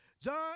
John